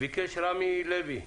ביקש רמי לוי,